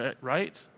right